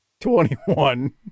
Twenty-one